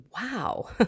wow